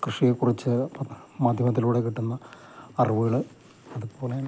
കൃഷിയെ കുറിച്ചു മാധ്യമത്തിലൂടെ കിട്ടുന്ന അറിവുകൾ അതുപോലെ